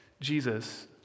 Jesus